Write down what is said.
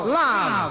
love